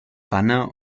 banner